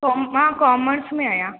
को मां कॉमर्स में आहियां